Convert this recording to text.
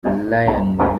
ryan